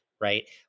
right